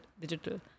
digital